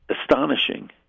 astonishing